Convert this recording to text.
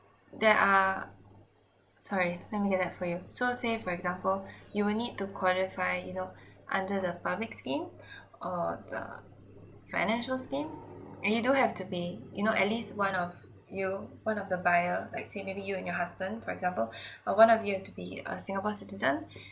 there are sorry let me get that for you so say for example you will need to qualify you know under the public scheme or err financial scheme and you do have to pay you know at least one of you one of the buyer like say maybe you and your husband for example uh one of you have to be a singapore citizen